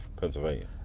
Pennsylvania